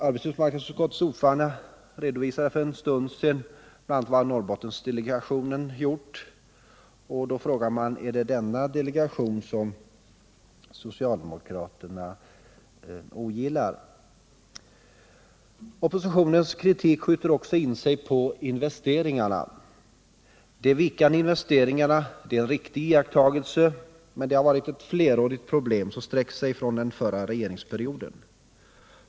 Arbetsmarknadsutskottets ordförande redovisade för en stund sedan bl.a. vad Norrbottendelegationen gjort. Är det denna delegation som socialdemokraterna ogillar? Oppositionens kritik skjuter också in sig på investeringarna. Att investeringarna viker är en riktig iakttagelse, men det har varit ett flerårigt problem som sträcker sig från den förra regeringsperioden.